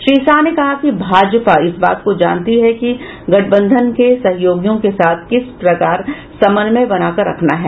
श्री शाह ने कहा कि भाजपा इस बात को जानती है कि गठबंधन के सहयोगियों के साथ किस प्रकार समन्वय बनाकर रखना है